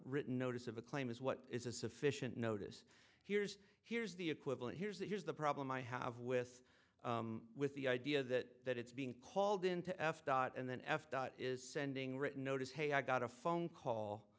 written notice of a claim is what is a sufficient notice here's here's the equivalent here's the here's the problem i have with with the idea that it's being called into f dot and then f dot is sending written notice hey i got a phone call